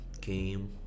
Game